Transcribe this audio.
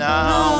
Now